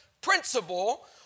principle